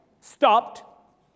stopped